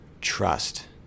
Trust